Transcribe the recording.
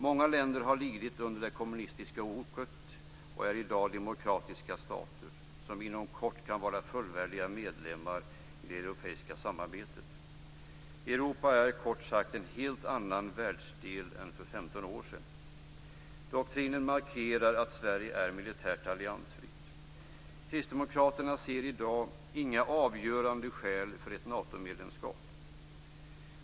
Många länder som har lidit under det kommunistiska oket är i dag demokratiska stater som inom kort kan vara fullvärdiga medlemmar i det europeiska samarbetet. Europa är, kort sagt, en helt annat världsdel än för 15 år sedan. Doktrinen markerar att Sverige är militärt alliansfritt. Kristdemokraterna ser i dag inga avgörande skäl för ett Natomedlemskap.